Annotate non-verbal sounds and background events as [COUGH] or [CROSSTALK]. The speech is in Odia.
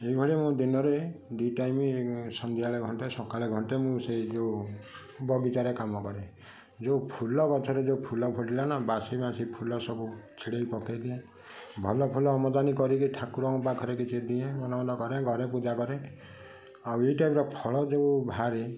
ଏହିଭଳି ମୁଁ ଦିନରେ ଦି ଟାଇମ୍ ସନ୍ଧ୍ୟା ବେଳେ ଘଣ୍ଟେ ସକାଳେ ଘଣ୍ଟେ ମୁଁ ସେଇ ଯୋଉ ବଗିଚାରେ କାମ କରେ ଯୋଉ ଫୁଲ ଗଛରେ ଯୋଉ ଫୁଲ ଫୁଟିଲା ନା ବାସିମାସି ଫୁଲ ସବୁ ଛିଡ଼େଇ ପକେଇ ଦିଏ ଭଲ ଫୁଲ ଆମଦାନୀ କରିକି ଠାକୁରଙ୍କ ପାଖରେ କିଛି ଦିଏ [UNINTELLIGIBLE] ଘରେ ପୂଜା କରେ ଆଉ ଏଇ ଟାଇମରେ ଫଳ ଯୋଉ ବାହାରେ